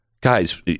Guys